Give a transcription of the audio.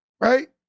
right